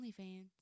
OnlyFans